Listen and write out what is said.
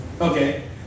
okay